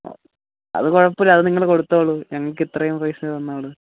അത് കുഴപ്പമില്ല അത് നിങ്ങൾ കൊടുത്തോളു ഞങ്ങൾക്ക് ഇത്രയും പ്രൈസിന് തന്നോളൂ